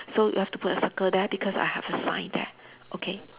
so you have to put a circle there because I have a sign there okay